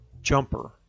Jumper